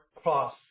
cross